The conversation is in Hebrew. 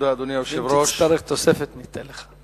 אם תצטרך תוספת, ניתן לך.